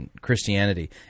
Christianity